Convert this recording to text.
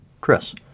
Chris